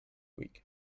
week